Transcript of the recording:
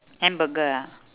hamburger ah